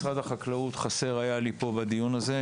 נוכחות משרד החקלאות הייתה חסרה לי בדיון הזה,